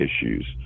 issues